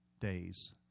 days